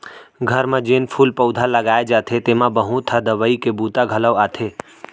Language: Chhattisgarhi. घर म जेन फूल पउधा लगाए जाथे तेमा बहुत ह दवई के बूता घलौ आथे